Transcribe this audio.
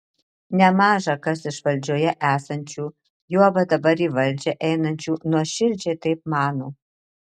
nemaža kas iš valdžioje esančių juoba dabar į valdžią einančių nuoširdžiai taip mano